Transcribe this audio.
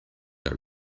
are